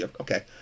okay